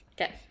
okay